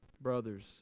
brothers